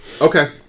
Okay